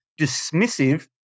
dismissive